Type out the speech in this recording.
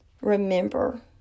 Remember